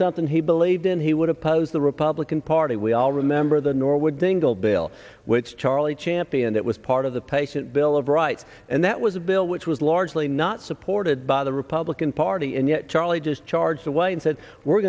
something he believed in he would oppose the republican party we all remember the norwood dingell bill which charlie championed it was part of the patient bill of rights and that was a bill which was largely not supported by the republican party and yet charlie just charged away and said we're